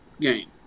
game